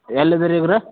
ಎಲ್ಲಿ ಇದ್ದೀರಿ ಈಗ ರೀ